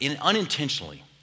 unintentionally